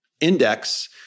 index